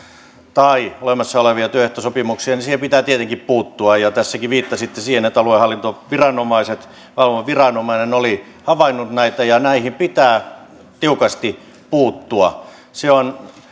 tai voimassa olevia työehtosopimuksia niin siihen pitää tietenkin puuttua tässäkin viittasitte siihen että aluehallintoviranomainen valvova viranomainen oli havainnut näitä ja näihin pitää tiukasti puuttua